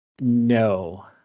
No